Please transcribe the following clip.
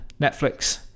Netflix